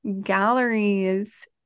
galleries